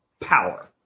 power